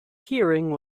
hearing